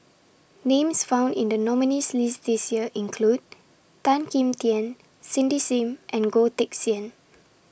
Names found in The nominees' list This Year include Tan Kim Tian Cindy SIM and Goh Teck Sian